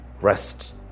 rest